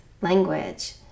language